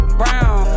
brown